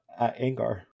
Angar